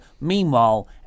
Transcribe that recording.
Meanwhile